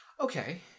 okay